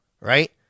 right